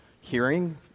hearing